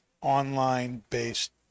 online-based